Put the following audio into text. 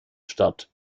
statt